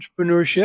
entrepreneurship